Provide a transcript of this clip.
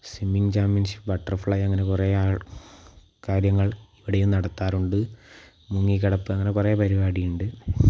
swimming championship butterfly അങ്ങനെ കുറേ കാര്യങ്ങൾ ഇവിടെയും നടത്താറുണ്ട് മുങ്ങിക്കിടത്തം അങ്ങനെ കുറേ പരിപാടി ഉണ്ട്